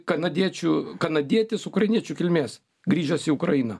kanadiečių kanadietis ukrainiečių kilmės grįžęs į ukrainą